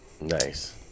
Nice